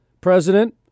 president